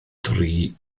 dri